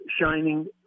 shining